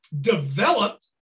developed